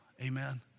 amen